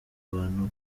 abantu